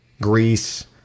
Greece